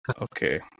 Okay